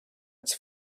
its